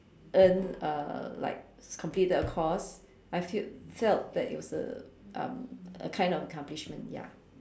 earn uh like complete the course I feel felt that it was a um a kind of accomplishment ya